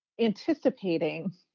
anticipating